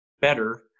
better